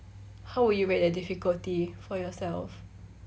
how would you rate the difficulty for yourself